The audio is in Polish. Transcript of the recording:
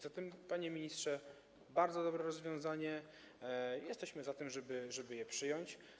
Zatem, panie ministrze, to bardzo dobre rozwiązanie, jesteśmy za tym, żeby je przyjąć.